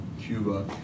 Cuba